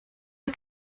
der